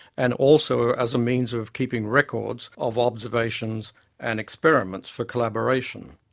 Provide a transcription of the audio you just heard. and also as a means of keeping records of observations and experiments for collaboration.